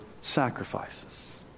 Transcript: sacrifices